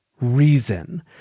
reason